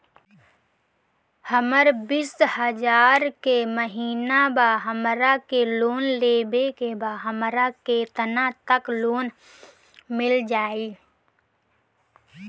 हमर बिस हजार के महिना बा हमरा के लोन लेबे के बा हमरा केतना तक लोन मिल जाई?